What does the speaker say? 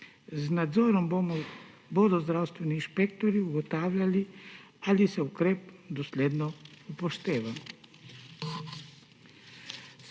Z nadzorom bodo zdravstveni inšpektorji ugotavljali, ali se ukrep dosledno upošteva.